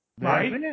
right